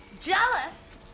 Jealous